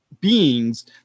beings